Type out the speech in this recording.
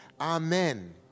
Amen